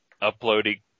uploading